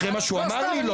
אחרי מה שהוא אמר לי?